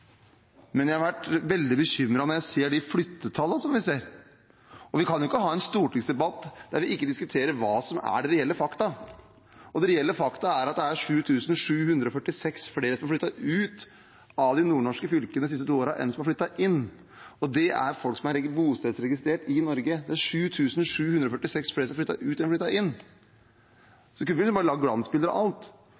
Men jeg har vært veldig bekymret når jeg ser flyttetallene derfra, og vi kan ikke ha en stortingsdebatt der vi ikke diskuterer hva som er de reelle fakta. Og de reelle fakta er at det er 7 746 flere som har flyttet ut av de nordnorske fylkene de siste to årene, enn som har flyttet inn, og det er folk som er bostedsregistrert i Norge. Det er 7 746 flere som har flyttet ut enn som har flyttet inn.